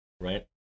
right